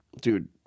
Dude